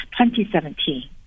2017